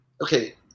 okay